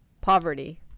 poverty